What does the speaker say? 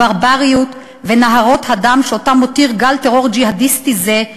הברבריות ונהרות הדם שמותיר גל טרור ג'יהאדיסטי זה,